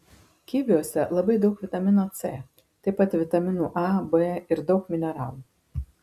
kiviuose labai daug vitamino c taip pat vitaminų a b ir daug mineralų